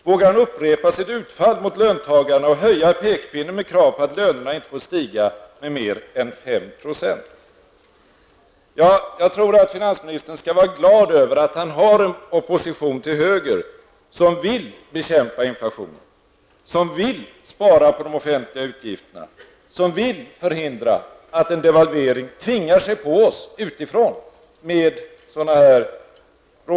Vågar han upprepa sitt utfall mot löntagarna och höja pekpinnen med krav på att lönerna inte får stiga med mer än 5 %? Jag tror att finansministern, med rådgivare som Stig Malm, skall vara glad över att han har en opposition till höger som vill bekämpa inflationen, som vill spara på de offentliga utgifterna och som vill förhindra att en devalvering tvingar sig på oss utifrån.